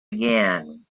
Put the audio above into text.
again